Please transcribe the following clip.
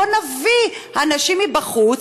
בואו נביא אנשים מבחוץ,